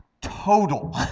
total